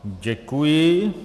Děkuji.